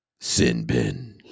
Sinbin